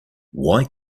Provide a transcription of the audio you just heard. why